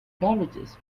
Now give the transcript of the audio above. beverages